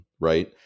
Right